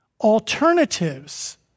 alternatives